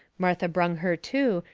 martha brung her to,